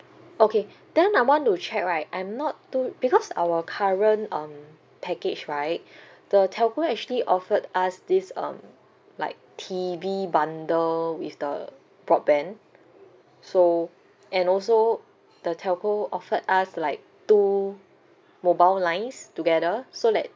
okay then I want to check right I'm not too because our current um package right the telco actually offered us this um like T_V bundle with the broadband so and also the telco offered us like two mobile lines together so like